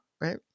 right